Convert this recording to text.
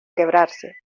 quebrarse